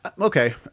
okay